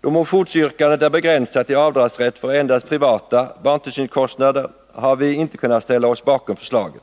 Då motionsyrkandet är begränsat till avdragsrätt för endast privata barntillsynskostnader, har vi inte kunnat ställa oss bakom förslaget.